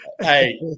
Hey